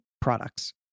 products